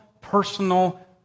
personal